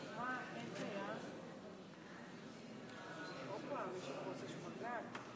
ביטול אזרחות או תושבותו של פעיל טרור שמקבל